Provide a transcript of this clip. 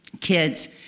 kids